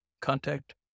contact